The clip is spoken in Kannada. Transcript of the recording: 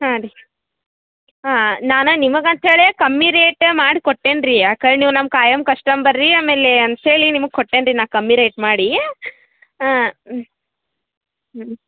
ಹಾಂ ರೀ ಹಾಂ ನಾನು ನಿಮ್ಗೆ ಅಂತ ಹೇಳೇ ಕಮ್ಮಿ ರೇಟ ಮಾಡಿ ಕೊಟ್ಟೆನ ರೀ ಯಾಕೆ ಹೇಳಿ ನೀವು ನಮ್ಮ ಖಾಯಂ ಕಶ್ಟಂಬರ್ ರೀ ಆಮೇಲೆ ಅಂತ ಹೇಳಿ ನಿಮ್ಗೆ ಕೊಟ್ಟೆನ ರೀ ನಾ ಕಮ್ಮಿ ರೇಟ್ ಮಾಡಿ ಹಾಂ ಹ್ಞೂ